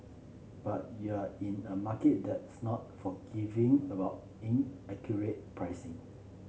but you're in a market that's not forgiving about inaccurate pricing